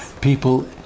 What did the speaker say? People